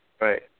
right